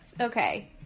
okay